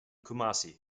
kumasi